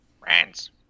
Friends